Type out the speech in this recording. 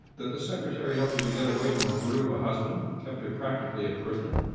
that the secretary helped her to get away from her brute of a husband, who kept her practically a prisoner?